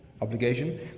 obligation